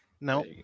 No